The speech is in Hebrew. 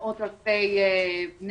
כשותפים שמסוגלים להיות אלו שלוקחים את